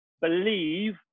believe